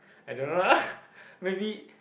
I don't know lah maybe